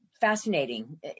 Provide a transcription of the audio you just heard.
fascinating